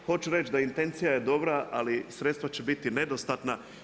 Hoću reći da intencija je dobra, ali sredstva će biti nedostatna.